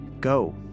Go